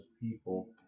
people